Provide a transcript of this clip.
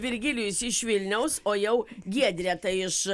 virgilijus iš vilniaus o jau giedrė tai iš